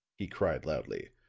he cried loudly.